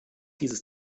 dieses